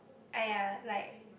!aiya! like